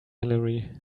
hillary